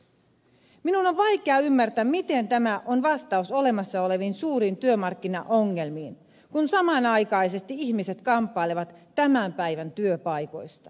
minun on vaikea ymmärtää miten tämä on vastaus olemassa oleviin suuriin työmarkkinaongelmiin kun samanaikaisesti ihmiset kamppailevat tämän päivän työpaikoista